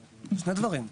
לא,